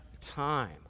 time